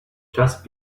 just